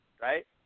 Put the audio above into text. right